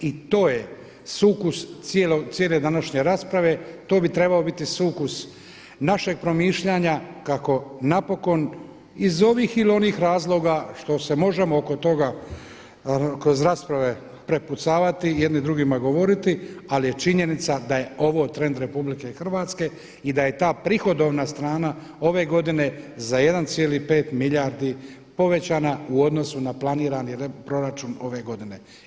I to je sukus cijele današnje rasprave, to bi trebao biti sukus našeg promišljanja kako napokon iz ovih ili onih razloga što se možemo oko toga kroz rasprave prepucavati, jedni drugima govoriti ali je činjenica da je ovo trend RH i da je ta prihodovna strana ove godine za 1,5 milijardi povećana u odnosu na planirani proračun ove godine.